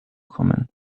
kommen